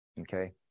Okay